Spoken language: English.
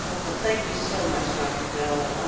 ah well, thank you so much, dr. bell.